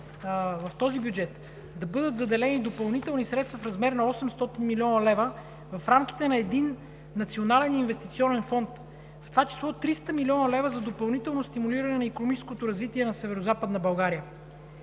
в този бюджет да бъдат заделени допълнителни средства в размер на 800 млн. лв. в рамките на един национален инвестиционен фонд, в това число 300 млн. лв. за допълнително стимулиране на икономическото развитие на Северозападна България.